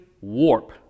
warp